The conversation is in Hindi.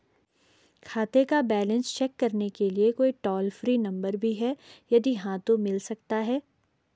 खाते का बैलेंस चेक करने के लिए कोई टॉल फ्री नम्बर भी है यदि हाँ तो मिल सकता है?